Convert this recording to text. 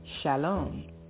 Shalom